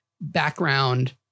background